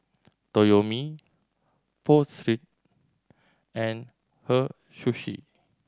Toyomi Pho Street and Hei Sushi